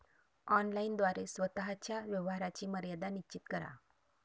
online द्वारे स्वतः च्या व्यवहाराची मर्यादा निश्चित करा